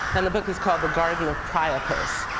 and the book is called the garden of priapus.